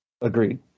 Agreed